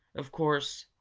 of course,